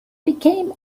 became